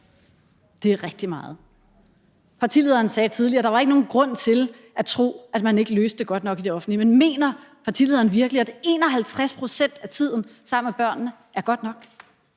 Det er rigtig meget. Partilederen sagde tidligere, at der ikke var nogen grund til at tro, at man ikke løste det godt nok i det offentlige, men mener partilederen virkelig, at 51 pct. af tiden sammen med børnene er godt nok?